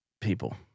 People